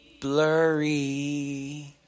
blurry